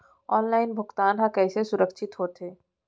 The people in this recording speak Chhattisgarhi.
ऑनलाइन भुगतान हा कइसे सुरक्षित होथे?